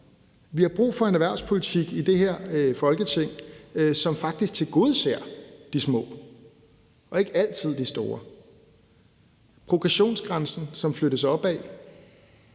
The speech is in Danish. Vi har brug for en erhvervspolitik i det her Folketing, som faktisk tilgodeser de små og ikke altid de store. Progressionsgrænsen, som flyttes opad,